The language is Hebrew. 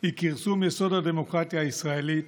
היא כרסום יסוד הדמוקרטיה הישראלית.